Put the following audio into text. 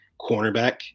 cornerback